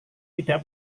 tidak